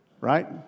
right